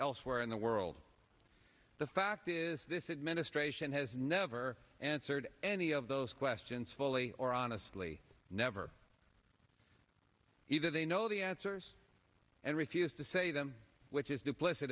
elsewhere in the world the fact is this administration has never answered any of those questions fully or honestly never either they know the answers and refused to say them which is